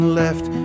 left